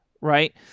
right